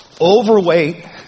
overweight